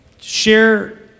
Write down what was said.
share